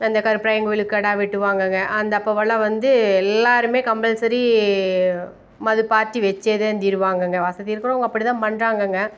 அந்த கருப்பராயன் கோயிலுக்கு கிடா வெட்டுவாங்கங்க அந்த அப்பெல்லாம் வந்து எல்லாேருமே கம்பல்சரி மது பார்ட்டி வைச்சே தான் தீருவாங்கங்க வசதி இருக்கிறவங்க அப்படித்தான் பண்ணுறாங்கங்க